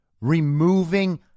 removing